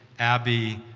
abby,